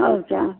और क्या